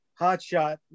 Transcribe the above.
Hotshot